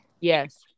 yes